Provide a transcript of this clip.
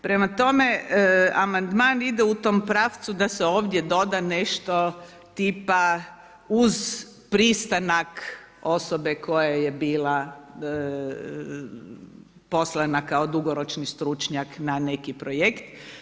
Prema tome, amandman ide u tom pravcu da se ovdje doda nešto tipa uz pristanak osobe koja je bila poslana kao dugoročni stručnjak na neki projekt.